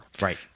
Right